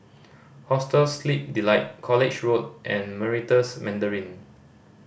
Hostel Sleep Delight College Road and Meritus Mandarin